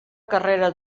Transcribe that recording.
carrera